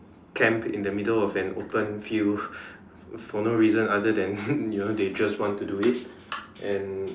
camp in the middle of an open field for no reason other than you know they just want to do it and